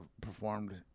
performed